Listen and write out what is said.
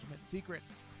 secrets